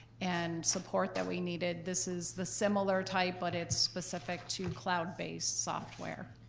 and support that we needed. this is the similar type, but it's specific to cloud-based software.